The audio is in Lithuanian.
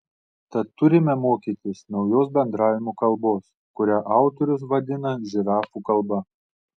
tad turime mokytis naujos bendravimo kalbos kurią autorius vadina žirafų kalba